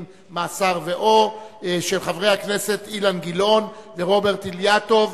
"מאסר" ו"או" הסתייגות של חברי הכנסת אילן גילאון ורוברט אילטוב.